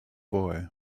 boy